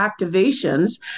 activations